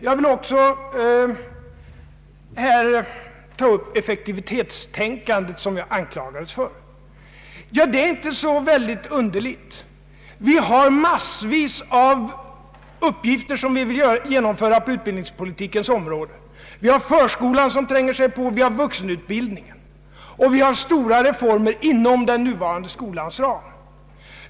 Jag vill också beröra effektivitetstänkandet, som jag anklagades för. Det är inte så underligt. Vi har massvis med uppgifter som vi vill genomföra på utbildningspolitikens område. Vi har förskolan som tränger sig på, vi har vuxenutbildningen och vi har stora reformer inom den nuvarande skolans ram.